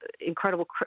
incredible